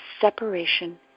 separation